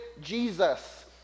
Jesus